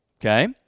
okay